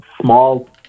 small